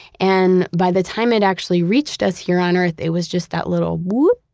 and by the time it actually reached us here on earth, it was just that little whoop,